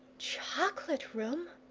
chocolate-room!